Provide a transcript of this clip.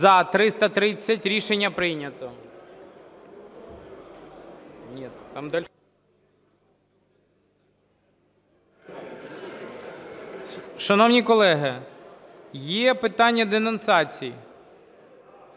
За-330 Рішення прийнято.